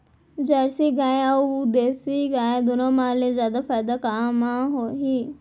Jersey गाय अऊ देसी गाय दूनो मा ले जादा फायदा का मा हे?